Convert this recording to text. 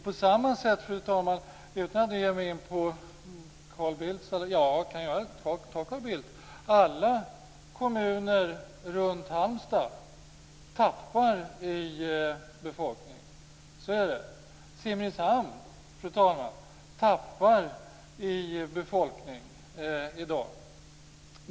På samma sätt, fru talman, kan jag apropå Carl Bildt säga att alla kommuner runt Halmstad tappar i befolkning. Så är det. Simrishamn, fru talman, tappar i befolkning i dag.